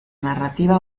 narrativa